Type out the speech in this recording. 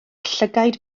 llygaid